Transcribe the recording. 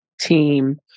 team